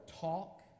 talk